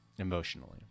emotionally